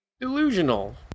delusional